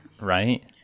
right